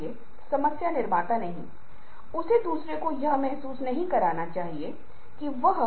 जब कोई झूठ की स्थिति में होता है तो अशाब्दिक संचार भी विशिष्ट तरीकों से प्रतिक्रिया करता है